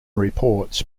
reports